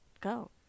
go